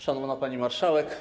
Szanowna Pani Marszałek!